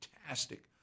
fantastic